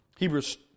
Hebrews